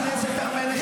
חברת הכנסת הר מלך,